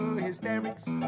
Hysterics